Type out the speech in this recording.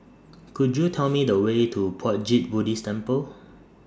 Could YOU Tell Me The Way to Puat Jit Buddhist Temple